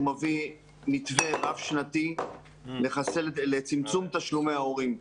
מביא מתווה רב שנתי לצמצום תשלומי ההורים.